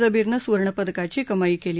जबीरनं सुवर्णपदकाची कमाई केली